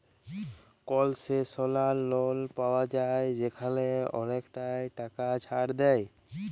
কলসেশলাল লল পাউয়া যায় যেখালে অলেকটা টাকা ছাড় দেয়